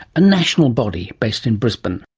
a national body based in brisbane.